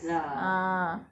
ha